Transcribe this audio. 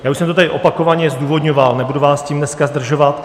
Já už jsem to tady opakovaně zdůvodňoval, nebudu vás tím dneska zdržovat.